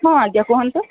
ହଁ ଯେ କୁହନ୍ତୁ